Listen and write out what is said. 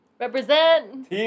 represent